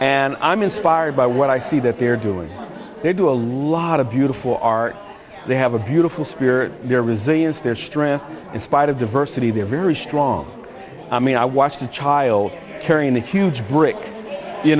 and i'm inspired by what i see that they're doing they do a lot of beautiful art they have a beautiful spirit their resilience their strength in spite of diversity they're very strong i mean i watched a child carrying a huge brick you